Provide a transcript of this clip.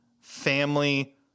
family